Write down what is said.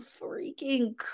freaking